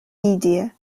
media